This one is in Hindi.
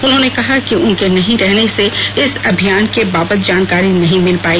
उन्होंने कहा कि उनके नहीं रहने से इस अभियान के बावत जानकारी नहीं मिल पाई